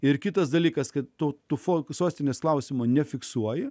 ir kitas dalykas kad to tufo sostinės klausimo nefiksuoja